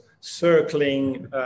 circling